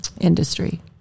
industry